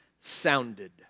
sounded